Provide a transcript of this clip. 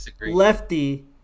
lefty